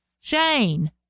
Shane